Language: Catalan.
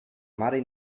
mare